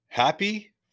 Happy